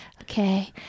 okay